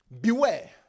Beware